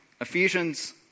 Ephesians